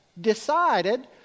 decided